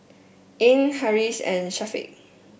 Ain Harris and Syafiq